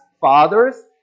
fathers